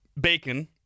bacon